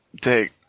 take